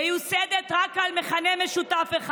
מיוסדים על מכנה משותף: